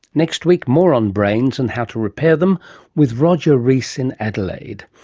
next week more on brains and how to repair them with roger rees in adelaide.